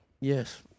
Yes